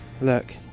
look